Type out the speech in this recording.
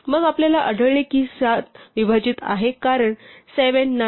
मग आपल्याला आढळले की 7 विभाजित आहे कारण 7 9 63 आहेत